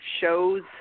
shows